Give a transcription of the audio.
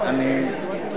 לגזענות.